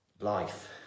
life